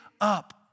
up